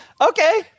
Okay